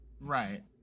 Right